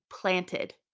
planted